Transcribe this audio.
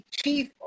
chief